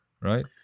right